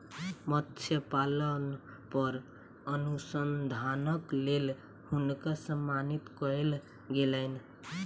मत्स्य पालन पर अनुसंधानक लेल हुनका सम्मानित कयल गेलैन